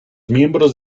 miembros